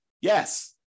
Yes